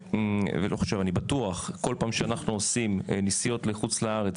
אני בטוח שכל פעם שאנחנו עושים נסיעות לחוץ-ארץ